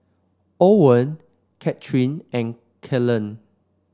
Owen Katherine and Cale